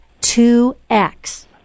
2X